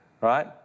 right